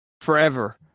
forever